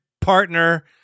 partner